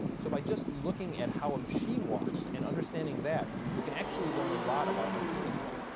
so by just looking at how a machine walks and understanding that, we can actually learn a lot about how humans walk.